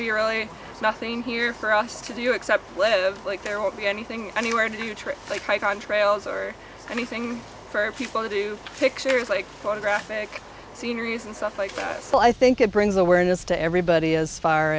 only nothing here for us to do except live like there will be anything anywhere to do tricks like hike on trails or anything for people to do pictures like photographic sceneries and stuff like that so i think it brings awareness to everybody as far